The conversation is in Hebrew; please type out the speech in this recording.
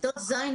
כיתות ז'